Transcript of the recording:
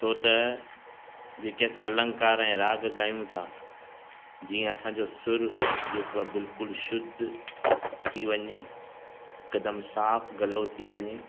छो त जेके असां अलंकार ऐं राॻु ॻायूं था जीअं असांजो सुर जेको आहे बिल्कुलु शुद्ध थी वञे हिकदमि साफ़ु गलो थी वञे